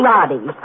Roddy